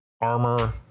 armor